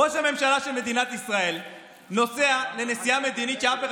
ראש הממשלה של מדינת ישראל נוסע לנסיעה מדינית שאף אחד